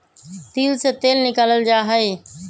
तिल से तेल निकाल्ल जाहई